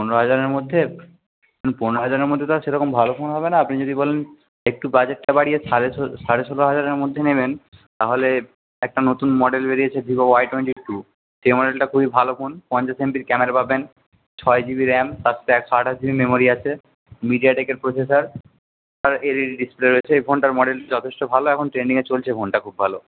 পনেরো হাজারের মধ্যে পনেরো হাজারের মধ্যে তো আর সেরকম ভালো ফোন হবে না আপনি যদি বলেন একটু বাজেটটা বাড়িয়ে সাড়ে ছ সাড়ে ষোলো হাজারের মধ্যে নেবেন তাহলে একটা নতুন মডেল বেরিয়েছে ভিভো ওয়াই টোয়েন্টি টু সেই মডেলটা খুবই ভালো ফোন পঞ্চাশ এম পির ক্যামেরা পাবেন ছয় জি বি র্যাম তার সাথে একশো আঠাশ জি বি মেমোরি আছে মিডিয়াটেকের প্রসেসার আর এল ই ডি ডিসপ্লে রয়েছে এই ফোনটার মডেল যথেষ্ট ভালো এখন ট্রেন্ডিংয়ে চলছে ফোনটা খুব ভালো